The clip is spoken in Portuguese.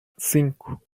cinco